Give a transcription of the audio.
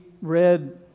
read